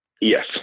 Yes